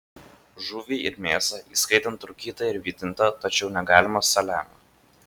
žuvį ir mėsą įskaitant rūkytą ir vytintą tačiau negalima saliamio